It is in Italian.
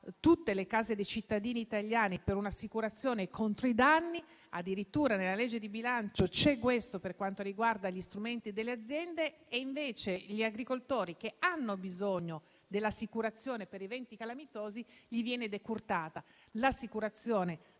tutte le case dei cittadini italiani per un'assicurazione contro i danni; addirittura nel disegno di legge di bilancio c'è questo per quanto riguarda gli strumenti delle aziende; agli agricoltori, invece, che hanno bisogno dell'assicurazione per eventi calamitosi, questa viene decurtata. È evidente,